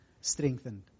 strengthened